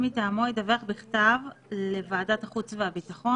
מטעמו ידווח בכתב לוועדת החוץ והביטחון,